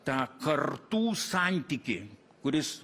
tą kartų santykį kuris